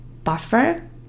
buffer